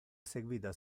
eseguita